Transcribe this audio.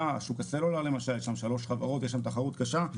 כמו שוק הסלולר למשל שיש בו שלוש חברות ויש שם תחרות קשה.